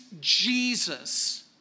Jesus